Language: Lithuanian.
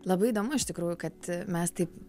labai įdomu iš tikrųjų kad mes taip